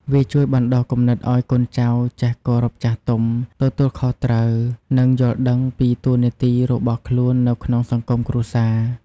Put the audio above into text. វាជួយបណ្ដុះគំនិតឱ្យកូនចៅចេះ គោរពចាស់ទុំ ទទួលខុសត្រូវ និងយល់ដឹងពីតួនាទី របស់ខ្លួននៅក្នុងសង្គមគ្រួសារ។